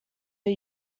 are